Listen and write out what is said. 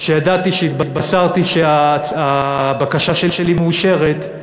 כשהתבשרתי שהבקשה שלי מאושרת,